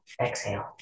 exhale